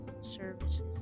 services